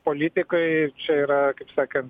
politikoj čia yra kaip sakant